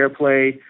airplay